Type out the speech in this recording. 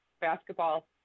basketball